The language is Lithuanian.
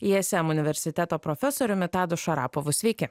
ism universiteto profesoriumi tadu šarapovu sveiki